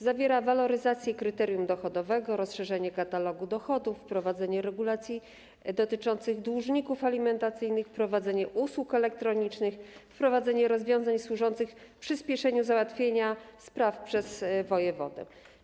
Zawiera waloryzację kryterium dochodowego, rozszerzenie katalogu dochodów, wprowadzenie regulacji dotyczących dłużników alimentacyjnych, wprowadzenie usług elektronicznych, wprowadzenie rozwiązań służących przyspieszeniu załatwienia spraw przez wojewodę.